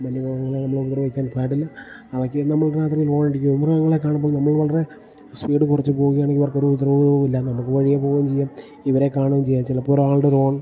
വന്യമൃഗങ്ങളെ നമ്മളുദ്രവിക്കാൻ പാടില്ല അവയ്ക്ക് നമ്മൾ രാത്രി ഹോണടിക്കുകയും മൃഗങ്ങളെ കാണുമ്പോൾ നമ്മൾ വളരെ സ്പീഡ് കുറച്ച് പോകുകയാണെങ്കിൽ അവർക്കൊരു ഉപദ്രവവും ഇല്ല നമുക്ക് വഴിയെ പോകുകയും ചെയ്യാം ഇവരെ കാണുകയും ചെയ്യാം ചിലപ്പോൾ ഒരാളുടെ ഒരു ഹോൺ